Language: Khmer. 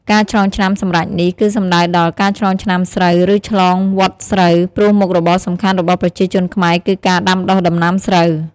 ការឆ្លងឆ្នាំសម្រេចនេះ គឺសំដៅដល់ ការឆ្លងឆ្នាំស្រូវ ឬ ឆ្លងវដ្តស្រូវ ព្រោះមុខរបរសំខាន់របស់ប្រជាជនខ្មែរគឺការដាំដុះដំណាំស្រូវ។